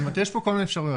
יש פה כל מיני אפשרויות.